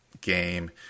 game